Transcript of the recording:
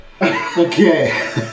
Okay